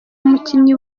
mukinnyi